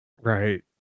Right